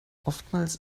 oftmals